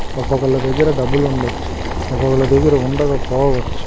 ఒక్కొక్కళ్ళ దగ్గర డబ్బులు ఉండవచ్చు ఒక్కొక్కళ్ళ దగ్గర ఉండక పోవచ్చు